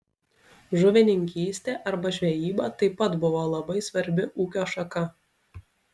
žuvininkystė arba žvejyba taip pat buvo labai svarbi ūkio šaka